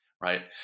right